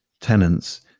tenants